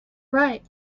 right